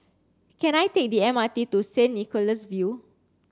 can I take the M R T to St Nicholas View